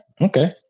Okay